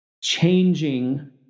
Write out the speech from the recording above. changing